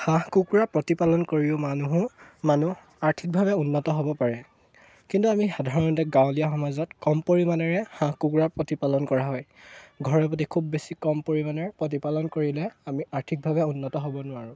হাঁহ কুকুৰা প্ৰতিপালন কৰিও মানুহো মানুহ আৰ্থিকভাৱে উন্নত হ'ব পাৰে কিন্তু আমি সাধাৰণতে গাঁৱলীয়া সমাজত কম পৰিমাণেৰে হাঁহ কুকুৰা প্ৰতিপালন কৰা হয় ঘৰে প্ৰতি খুব বেছি কম পৰিমাণে প্ৰতিপালন কৰিলে আমি আৰ্থিকভাৱে উন্নত হ'ব নোৱাৰোঁ